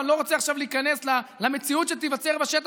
ואני לא רוצה להיכנס עכשיו למציאות שתיווצר בשטח,